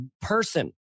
person